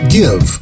give